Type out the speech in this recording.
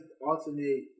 alternate